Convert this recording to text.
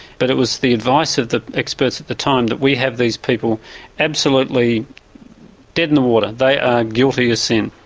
but it was the advice of the experts at the time that we have these people absolutely dead in the water, they are guilty as sin.